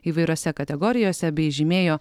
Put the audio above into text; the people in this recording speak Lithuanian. įvairiose kategorijose bei žymėjo